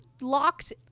locked